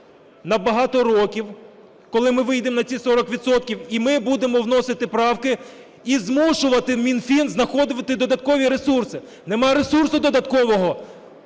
на багато років, коли ми вийдемо на ці 40 відсотків. І ми будемо вносити правки і змушувати Мінфін знаходити додаткові ресурси. Нема ресурсу додаткового